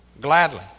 gladly